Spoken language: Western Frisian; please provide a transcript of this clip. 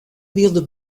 wylde